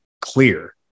clear